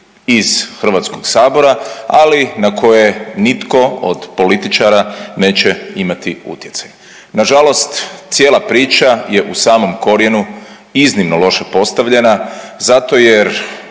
birati iz HS, ali na koje nitko od političara neće imati utjecaj. Nažalost, cijela priča je u samom korijenu iznimno loše postavljena zato jer